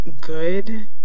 good